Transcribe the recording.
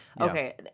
Okay